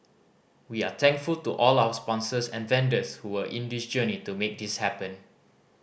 we are thankful to all our sponsors and vendors who were in this journey to make this happen